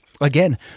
again